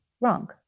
wrong